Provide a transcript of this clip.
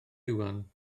iwan